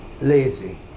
lazy